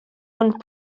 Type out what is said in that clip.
und